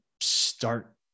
start